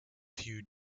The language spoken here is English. few